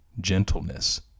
gentleness